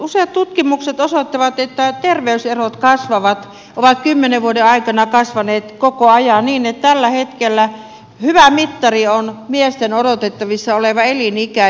useat tutkimukset osoittavat että terveyserot kasvavat ja ovat kymmenen vuoden aikana kasvaneet koko ajan niin että tällä hetkellä hyvä mittari on miesten odotettavissa oleva elinikä